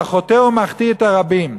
אבל החוטא ומחטיא את הרבים,